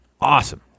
awesome